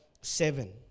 seven